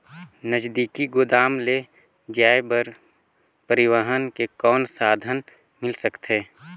नजदीकी गोदाम ले जाय बर परिवहन के कौन साधन मिल सकथे?